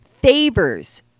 favors